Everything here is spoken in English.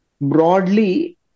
broadly